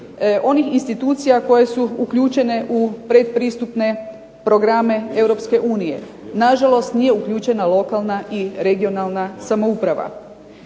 onih institucija koje su uključene u pretpristupne programe Europske unije. Na žalost nije uključena lokalna i regionalna samouprava.